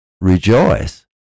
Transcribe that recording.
rejoice